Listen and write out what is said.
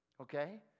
okay